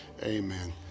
Amen